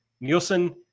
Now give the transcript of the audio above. Nielsen